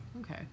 Okay